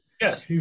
Yes